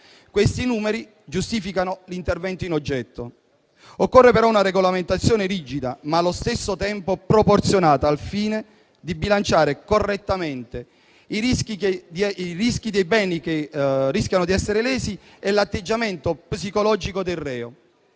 Questi numeri giustificano l'intervento in oggetto. Occorre una regolamentazione rigida, ma allo stesso tempo proporzionata, al fine di bilanciare correttamente i beni che rischiano di essere lesi e l'atteggiamento psicologico del reo.